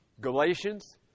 Galatians